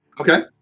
Okay